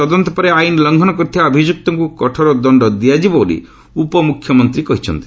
ତଦନ୍ତ ପରେ ଆଇନ ଲଙ୍ଘନ କରିଥିବା ଅଭିଯୁକ୍ତଙ୍କୁ କଠୋର ଦଶ୍ଡ ଦିଆଯିବ ବୋଲି ଉପମ୍ରଖ୍ୟମନ୍ତ୍ରୀ କହିଛନ୍ତି